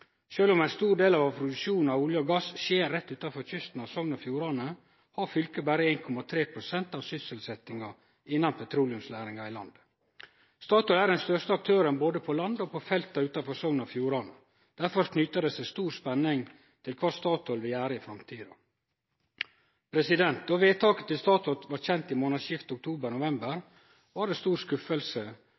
om ein stor del av produksjonen av olje og gass skjer rett utanfor kysten av Sogn og Fjordane, har fylket berre 1,3 pst. av sysselsettinga innan petroleumsnæringa i landet. Statoil er den største aktøren både på land og på felta utanfor Sogn og Fjordane. Derfor knyter det seg stor spenning til kva Statoil vil gjere i framtida. Då vedtaket til Statoil blei kjent i månadsskiftet oktober/november, var det stor skuffelse